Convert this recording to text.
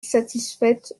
satisfaite